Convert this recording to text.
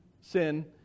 sin